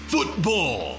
Football